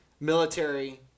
military